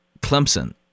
Clemson